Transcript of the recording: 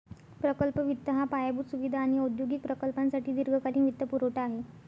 प्रकल्प वित्त हा पायाभूत सुविधा आणि औद्योगिक प्रकल्पांसाठी दीर्घकालीन वित्तपुरवठा आहे